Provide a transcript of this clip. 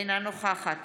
אינה נוכחת